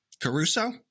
Caruso